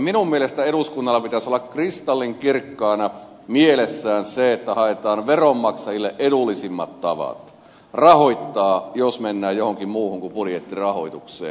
minun mielestäni eduskunnalla pitäisi olla kristallinkirkkaana mielessä se että haetaan veronmaksajille edullisimmat tavat rahoittaa jos mennään johonkin muuhun kuin budjettirahoitukseen